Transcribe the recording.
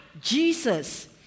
Jesus